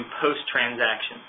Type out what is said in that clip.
post-transaction